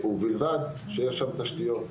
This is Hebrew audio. ובלבד שיש שם תשתיות.